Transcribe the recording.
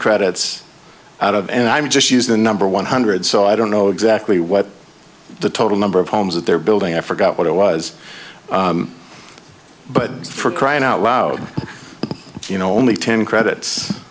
credits out of and i'm just use the number one hundred so i don't know exactly what the total number of homes that they're building i forgot what it was but for crying out loud you know only ten credits